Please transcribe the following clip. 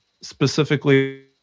specifically